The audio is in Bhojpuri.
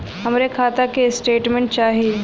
हमरे खाता के स्टेटमेंट चाही?